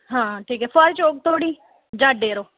हां ठीक ऐ फोआरा चौक धोड़ी जां अड्डे पर ओ